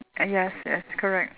yes yes correct